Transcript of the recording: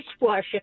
dishwasher